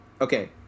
okay